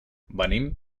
venim